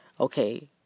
okay